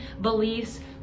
beliefs